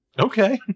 Okay